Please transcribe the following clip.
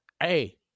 Hey